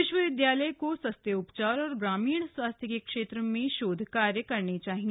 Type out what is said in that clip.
विश्वविद्यालय को सस्ते उपचार और ग्रामीण स्वास्थ्य के क्षेत्र मे शोधकार्य करने चाहिए